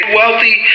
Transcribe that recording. wealthy